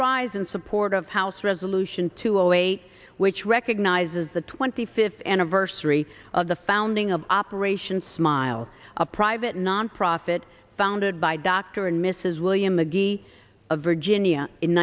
rise in support of house resolution two zero zero eight which recognizes the twenty fifth anniversary of the founding of operation smile a private nonprofit founded by dr and mrs william mcgee of virginia in